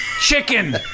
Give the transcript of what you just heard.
Chicken